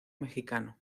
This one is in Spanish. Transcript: mexicano